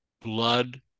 blood